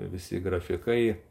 visi grafikai